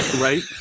right